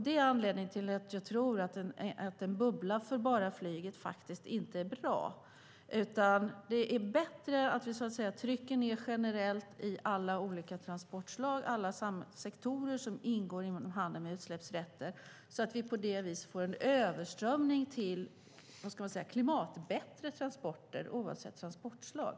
Det är anledningen till att jag tror att en bubbla enbart för flyget inte är bra. Det är bättre att vi trycker ned generellt i alla transportslag och alla sektorer som ingår i handeln med utsläppsrätter så att vi får en överströmning till klimatbättre transporter oavsett transportslag.